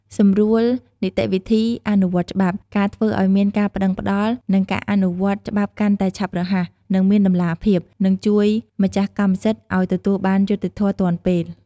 សម្រួលនីតិវិធីអនុវត្តច្បាប់ ការធ្វើឱ្យមានការប្តឹងផ្តល់ និងការអនុវត្តច្បាប់កាន់តែឆាប់រហ័ស និងមានតម្លាភាព នឹងជួយម្ចាស់កម្មសិទ្ធិឱ្យទទួលបានយុត្តិធម៌ទាន់ពេល។